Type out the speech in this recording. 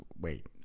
Wait